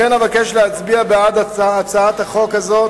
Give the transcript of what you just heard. לכן, אבקש להצביע בעד הצעת החוק הזאת.